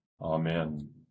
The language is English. Amen